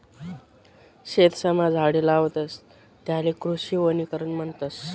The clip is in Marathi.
शेतसमा झाडे लावतस त्याले कृषी वनीकरण म्हणतस